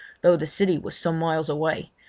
though the city was some miles away,